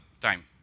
time